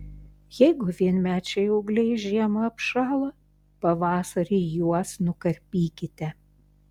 jeigu vienmečiai ūgliai žiemą apšąla pavasarį juos nukarpykite